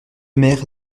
mères